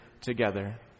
together